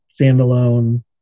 standalone